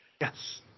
Yes